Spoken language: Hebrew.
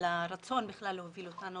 על הרצון בכלל להוביל אותנו